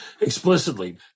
explicitly